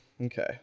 Okay